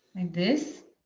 and this.